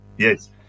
Yes